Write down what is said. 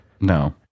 no